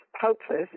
hopeless